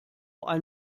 ein